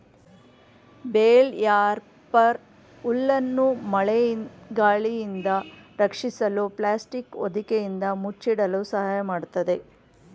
bale wrapper ಹುಲ್ಲನ್ನು ಮಳೆ ಗಾಳಿಯಿಂದ ರಕ್ಷಿಸಲು ಪ್ಲಾಸ್ಟಿಕ್ ಹೊದಿಕೆಯಿಂದ ಮುಚ್ಚಿಡಲು ಸಹಾಯ ಮಾಡತ್ತದೆ